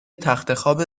تختخواب